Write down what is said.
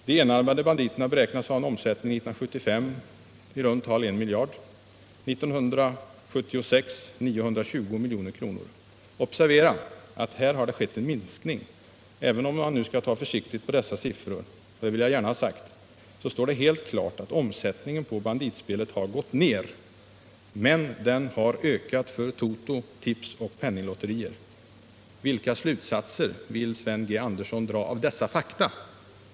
De enarmade banditerna beräknas ha haft en omsättning av i runda tal en miljard kronor 1975 och 920 milj.kr. 1976. Observera att här har skett en minskning. Även om man skall ta försiktigt på dessa siffror — det vill jag gärna ha sagt — står det helt klart att omsättningen på banditspelet har gått ner. Men den har ökat för toto, tips och penninglotter. Vilka slutsatser vill Sven G. Andersson dra av dessa fakta?